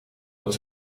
het